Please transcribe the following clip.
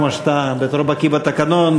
כמו שאתה בתור בקי בתקנון,